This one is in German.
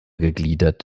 gegliedert